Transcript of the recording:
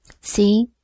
See